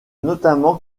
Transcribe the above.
notamment